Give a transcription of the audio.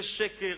זה שקר.